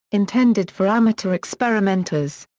intended for amateur experimenters.